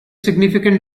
significant